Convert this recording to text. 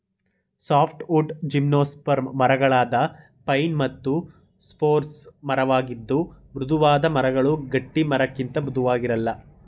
softwood gymnosperm ಮರಗಳಾದ pine ಮತ್ತು spruce ಮರವಾಗಿದ್ದು ಮೃದುವಾದ ಮರಗಳು ಗಟ್ಟಿಮರಕ್ಕಿಂತ ಮೃದುವಾಗಿರಲ್ಲ